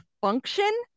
function